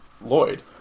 Lloyd